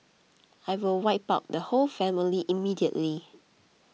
I will wipe out the whole family immediately